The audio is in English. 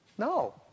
No